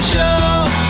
Show